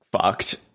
fucked